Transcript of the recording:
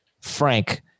Frank